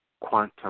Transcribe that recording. quantum